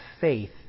faith